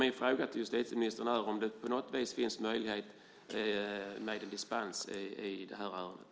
Min fråga till justitieministern är om det på något sätt finns möjlighet med en dispens i det här ärendet.